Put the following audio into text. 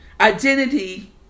Identity